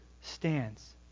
stands